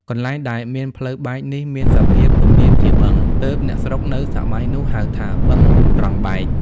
កន្លែងដែលមានផ្លូវបែកនេះមានសភាពទំនាបជាបឹង ទើបអ្នកស្រុកនៅសម័យនោះហៅថា "បឹងត្រង់បែក"។